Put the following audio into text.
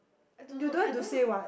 I don't know I don't